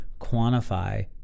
quantify